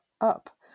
up